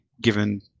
given